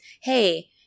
hey